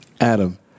Adam